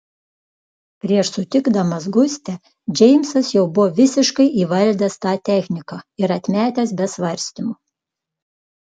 prieš sutikdamas gustę džeimsas jau buvo visiškai įvaldęs tą techniką ir atmetęs be svarstymų